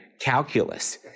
calculus